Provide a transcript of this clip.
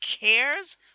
cares